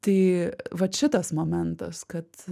tai vat šitas momentas kad